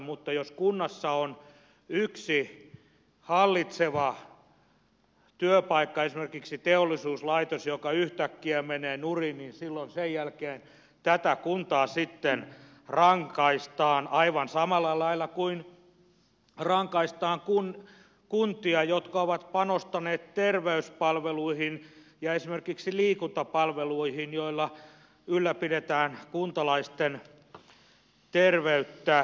mutta jos kunnassa on yksi hallitseva työpaikka esimerkiksi teollisuuslaitos joka yhtäkkiä menee nurin niin silloin sen jälkeen tätä kuntaa sitten rangaistaan aivan samalla lailla kuin rangaistaan kuntia jotka ovat panostaneet terveyspalveluihin ja esimerkiksi liikuntapalveluihin joilla ylläpidetään kuntalaisten terveyttä